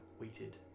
waited